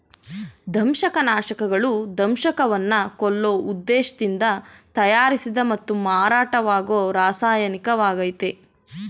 ದಂಶಕನಾಶಕಗಳು ದಂಶಕವನ್ನ ಕೊಲ್ಲೋ ಉದ್ದೇಶ್ದಿಂದ ತಯಾರಿಸಿದ ಮತ್ತು ಮಾರಾಟವಾಗೋ ರಾಸಾಯನಿಕವಾಗಯ್ತೆ